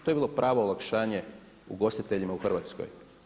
To bi bilo pravo olakšanje ugostiteljima u Hrvatskoj.